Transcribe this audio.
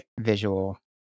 visual